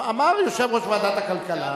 אמר יושב-ראש ועדת הכלכלה,